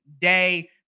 day